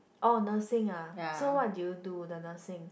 oh Nursing ah so what did you do the Nursing